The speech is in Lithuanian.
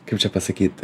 kaip čia pasakyt